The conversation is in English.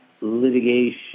litigation